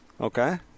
Okay